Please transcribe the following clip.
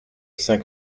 saint